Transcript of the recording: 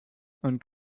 and